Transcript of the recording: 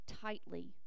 tightly